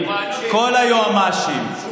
כל היועמ"שים,